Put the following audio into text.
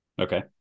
Okay